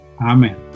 Amen